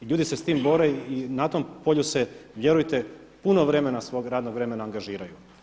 I ljudi se s tim bore i na tom polju se vjerujte puno svog radnog vremena angažiraju.